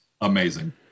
amazing